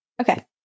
Okay